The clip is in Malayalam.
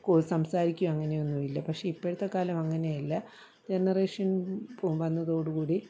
ക്കോ സംസാരിക്കുമോ അങ്ങനെയൊന്നും ഇല്ല പക്ഷെ ഇപ്പോഴത്തെ കാലം അങ്ങനെയല്ല ജനറേഷൻ പൊ വന്നതോടുകൂടി